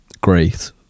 great